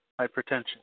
hypertension